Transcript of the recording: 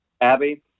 Abby